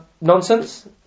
nonsense